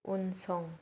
उनसं